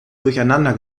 durcheinander